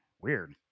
Weird